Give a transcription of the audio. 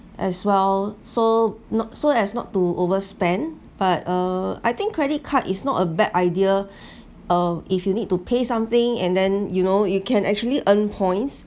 as well so not so as not to overspend but uh I think credit card is not a bad idea uh if you need to pay something and then you know you can actually earn points